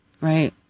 right